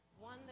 one